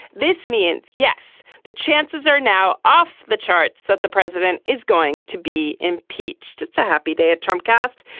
this means yes the chances are now off the charts that the president is going to be impeached. it's a happy day at trump cast.